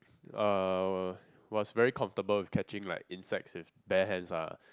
uh was very comfortable with catching like insects with bare hands ah